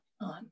on